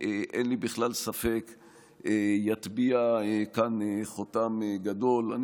ושהוא יטביע כאן חותם גדול, אין לי בכלל ספק.